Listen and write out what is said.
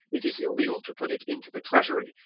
it is illegal to put it into the treasury,